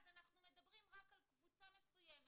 אז אנחנו מדברים רק על קבוצה מסוימת.